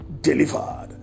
delivered